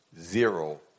Zero